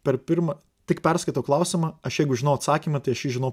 per pirmą tik perskaitau klausimą aš jeigu žinau atsakymą tai aš jį žinau